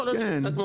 כן.